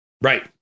right